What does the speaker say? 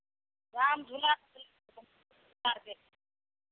Ramjhula